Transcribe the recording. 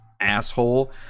asshole